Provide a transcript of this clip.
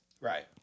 Right